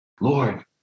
Lord